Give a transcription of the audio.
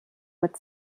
mit